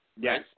Yes